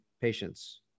patients